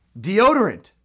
deodorant